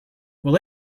will